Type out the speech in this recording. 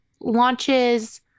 launches